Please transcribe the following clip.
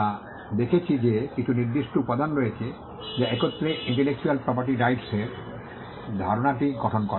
আমরা দেখেছি যে কিছু নির্দিষ্ট উপাদান রয়েছে যা একত্রে ইন্টেলেকচুয়াল প্রপার্টি রাইটস এর ধারণাটি গঠন করে